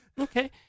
okay